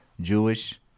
Jewish